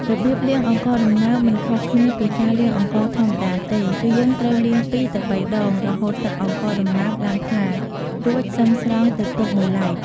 របៀបលាងអង្ករដំណើបមិនខុសគ្នាពីការលាងអង្ករធម្មតាទេ គឺយើងត្រូវលាង២ទៅ៣ដង រហូតទឹកអង្ករដំណើបឡើងថ្លា រួចសិមស្រង់ទៅទុកមួយឡែក។